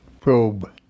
probe